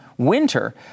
Winter